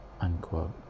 Unquote